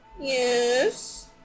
Yes